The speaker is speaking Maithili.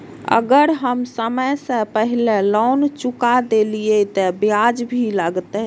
अगर हम समय से पहले लोन चुका देलीय ते ब्याज भी लगते?